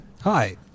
Hi